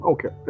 Okay